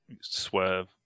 swerve